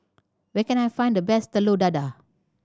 where can I find the best Telur Dadah